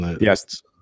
Yes